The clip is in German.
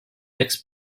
sechs